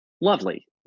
lovely